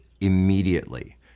immediately